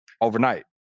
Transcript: overnight